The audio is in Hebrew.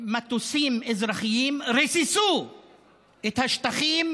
מטוסים אזרחיים ריססו את השטחים